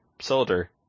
soldier